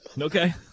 Okay